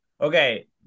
Okay